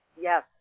Yes